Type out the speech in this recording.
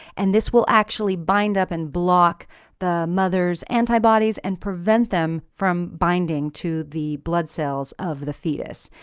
and this will actually bind up and block the mother's antibodies and prevent them from binding to the blood cells of the fetus.